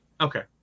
Okay